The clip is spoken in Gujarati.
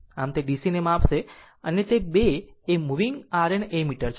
આમ તે DCને માપશે અને એ 2 એ મૂવિંગ આયર્ન એમીટર છે